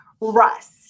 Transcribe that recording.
Russ